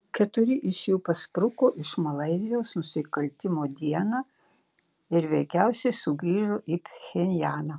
keturi iš jų paspruko iš malaizijos nusikaltimo dieną ir veikiausiai sugrįžo į pchenjaną